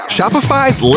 Shopify's